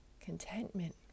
contentment